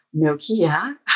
Nokia